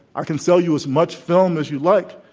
i can sell you as much film as you'd like.